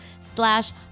slash